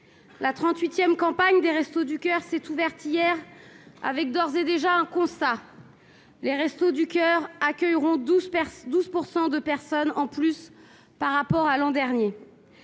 La 38 campagne des Restos du Coeur s'est ouverte hier, avec d'ores et déjà un constat : ceux-ci accueilleront 12 % de personnes en plus par rapport à l'année dernière.